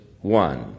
One